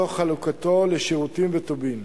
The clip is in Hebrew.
תוך חלוקתו לשירותים וטובין,